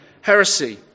heresy